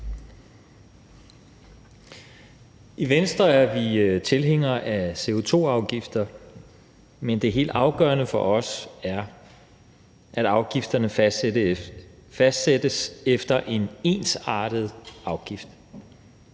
I Venstre er vi tilhænger af CO2-afgifter, men det helt afgørende for os er, at afgifterne fastsættes som en ensartet afgift,